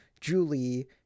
Julie